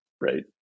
right